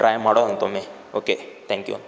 try ಮಾಡೋಣಂತೆ ಒಮ್ಮೆ okay thank you